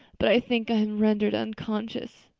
but i think i am rendered unconscious.